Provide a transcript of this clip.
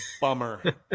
bummer